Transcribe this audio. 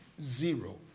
zero